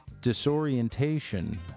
disorientation